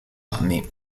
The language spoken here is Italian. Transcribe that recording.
anni